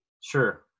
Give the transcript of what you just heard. Sure